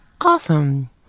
Awesome